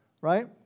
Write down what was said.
right